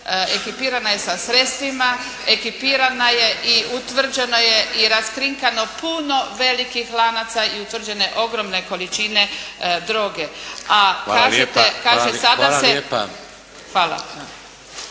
ekipirana je sa sredstvima, ekipirana je i utvrđeno je i raskrinkano puno velikih lanaca i utvrđene ogromne količine droge. A kažete. …/Upadica: Hvala lijepa, hvala